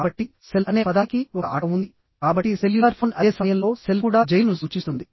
కాబట్టి సెల్ అనే పదానికి ఒక ఆట ఉంది కాబట్టి సెల్యులార్ ఫోన్ అదే సమయంలో సెల్ కూడా జైలు ను సూచిస్తుంది